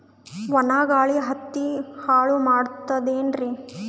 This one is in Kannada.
ಒಣಾ ಗಾಳಿ ಹತ್ತಿ ಹಾಳ ಮಾಡತದೇನ್ರಿ?